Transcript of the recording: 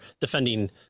defending